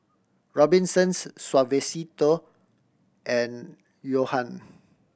Robinsons Suavecito and Johan